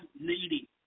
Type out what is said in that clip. needy